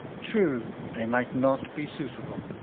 true they might not be suitable,